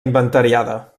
inventariada